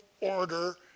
order